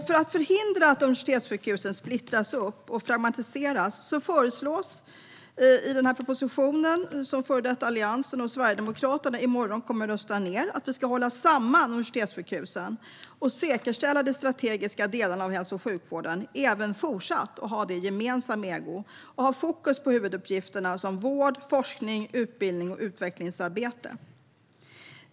För att förhindra att universitetssjukhusen splittras och fragmentiseras föreslås i propositionen, som före detta Alliansen och Sverigedemokraterna i morgon kommer att lösa ned, att vi även fortsatt ska hålla samman universitetssjukhusen och säkerställa de strategiska delarna av hälso och sjukvården. Vi ska ha dem i gemensam ägo och ha fokus på huvuduppgifterna, som vård, forskning, utbildning och utvecklingsarbete.